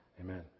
Amen